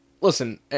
listen